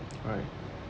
alright